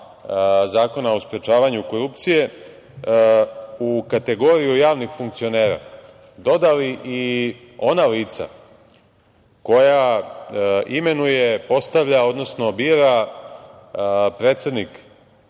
Zakona o sprečavanju korupcije u kategoriju javnih funkcionera dodali i ona lica koja imenuje, postavlja, odnosno bira predsednik